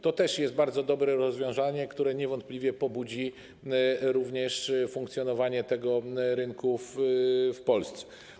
To też jest bardzo dobre rozwiązanie, które niewątpliwie pobudzi również funkcjonowanie tego rynku w Polsce.